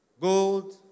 gold